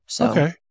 Okay